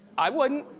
i wouldn't!